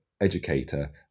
educator